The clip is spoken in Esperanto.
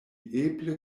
eble